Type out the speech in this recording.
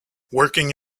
working